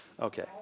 Okay